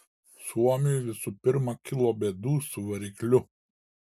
suomiui visų pirma kilo bėdų su varikliu